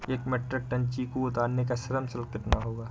एक metric ton चीकू उतारने का श्रम शुल्क कितना होगा?